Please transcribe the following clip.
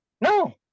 No